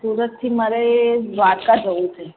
સુરતથી મારે દ્વારકા જવું છે